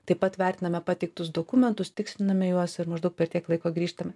taip pat vertiname pateiktus dokumentus tiksliname juos ir maždaug per tiek laiko grįžtame